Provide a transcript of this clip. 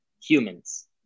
humans